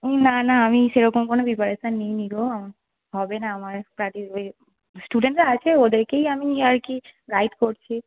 না না আমি সেরকম কোনো প্রিপারেশান নিই নি গো হবে না আমার পার্টি এ স্টুডেন্টরা আছে ওদেরকেই আমি আর কি গাইড করছি